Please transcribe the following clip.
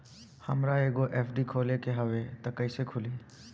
हमरा एगो एफ.डी खोले के हवे त कैसे खुली?